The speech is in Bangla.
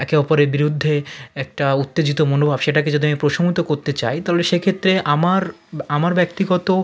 একে অপরের বিরুদ্ধে একটা উত্তেজিত মনোভাব সেটাকে যদি আমি প্রশমিত করতে চাই তাহলে সেক্ষেত্রে আমার আমার ব্যক্তিগত